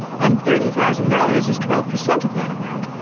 and thirty thousand dollars is twelve percent of that amount.